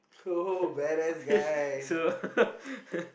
so